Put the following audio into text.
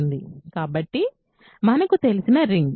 కాబట్టి ఇది మనకు తెలిసిన రింగ్